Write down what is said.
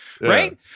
right